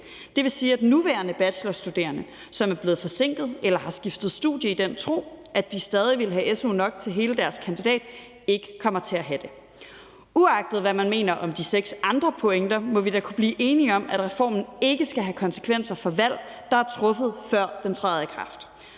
Det vil sige, at nuværende bachelorstuderende, som er blevet forsinket eller har skiftet studie i den tro, at de stadig ville have su nok til hele deres kandidat, ikke kommer til at have det. Uagtet hvad man mener om de seks andre pointer, må vi da kunne blive enige om, at reformen ikke skal have konsekvenser for valg, der er truffet, før den træder i kraft,